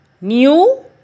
new